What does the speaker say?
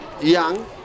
Young